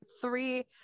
three